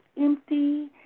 empty